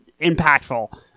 impactful